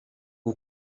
com